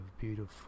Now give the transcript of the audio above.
beautiful